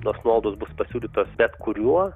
tos nuolaidos bus pasiūlytos bet kuriuo